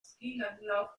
skilanglauf